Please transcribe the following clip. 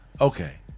Okay